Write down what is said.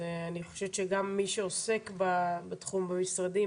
אז אני חושבת שגם מי שעוסק בתחום במשרדים